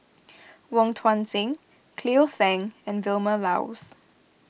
Wong Tuang Seng Cleo Thang and Vilma Laus